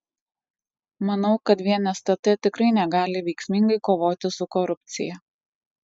manau kad vien stt tikrai negali veiksmingai kovoti su korupcija